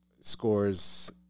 scores